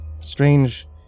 strange